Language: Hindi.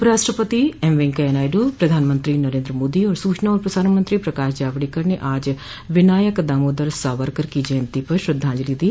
उपराष्ट्रपति एमवेंकैया नायडू प्रधानमंत्री नरेंद्र मोदी और सूचना और प्रसारण मंत्री प्रकाश जावडेकर ने आज विनायक दामोदर सावरकर की जयंती पर श्रद्धांजलि दी